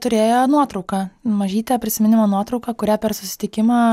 turėjo nuotrauką mažytę prisiminimų nuotrauką kurią per susitikimą